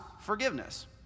forgiveness